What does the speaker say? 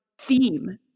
theme